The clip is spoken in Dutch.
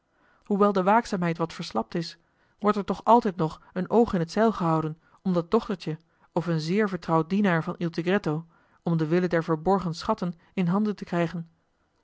hoewel de waakzaamheid wat verslapt is wordt er toch altijd nog een oog in het zeil gehouden joh h been paddeltje de scheepsjongen van michiel de ruijter om dat dochtertje of een zeer vertrouwd dienaar van il tigretto om den wille der verborgen schatten in handen te krijgen